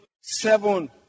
seven